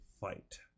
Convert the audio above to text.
fight